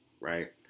right